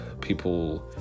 people